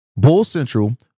BULLCENTRAL